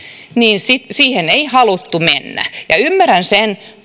niin siihen ei haluttu mennä ymmärrän sen